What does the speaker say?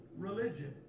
religion